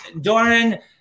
Doran